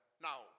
Now